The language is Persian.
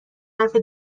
حرف